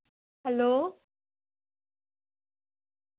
hello